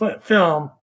film